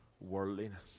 worldliness